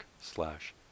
slash